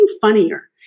funnier